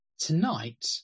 tonight